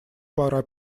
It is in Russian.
пора